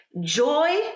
joy